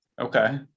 Okay